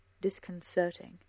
disconcerting